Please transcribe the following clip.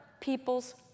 people's